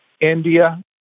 India